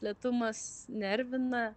lėtumas nervina